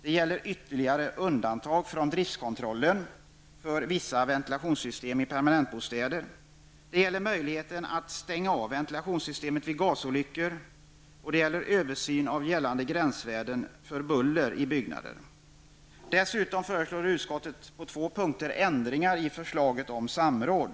Det gäller ytterligare undantag från driftkontrollen för vissa ventilationssystem i permanentbostäder. Det gäller möjligheten att stänga av ventilationssystem vid gasolyckor. Vidare gäller det en översyn av gällande gränsvärden för buller i byggnader. Dessutom föreslår utskottet på två punkter ändringar i förslaget om samråd.